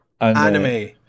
Anime